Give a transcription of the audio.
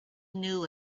knew